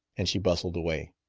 and she bustled away.